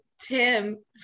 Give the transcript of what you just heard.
Tim